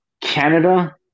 canada